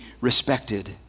respected